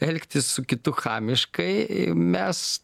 elgtis su kitu chamiškai i mes